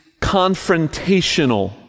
confrontational